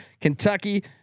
Kentucky